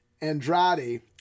Andrade